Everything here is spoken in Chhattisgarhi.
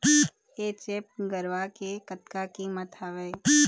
एच.एफ गरवा के कतका कीमत हवए?